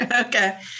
okay